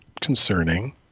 concerning